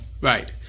right